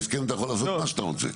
בהסכמם אתה יכול לעשות מה שאתה רוצה.